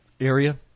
area